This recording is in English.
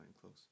close